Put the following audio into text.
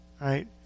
Right